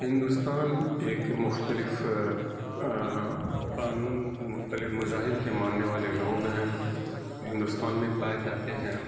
ہندوستان ایک مختلف قانون مختلف مذاہب کے ماننے والے لوگ ہیں ہندوستان میں پائے جاتے ہیں